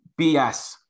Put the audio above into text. BS